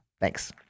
thanks